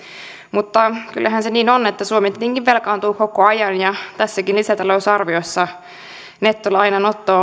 mutta kyllähän se niin on että suomi tietenkin velkaantuu koko ajan ja tässäkin lisätalousarviossa nettolainanotto